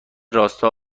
راستا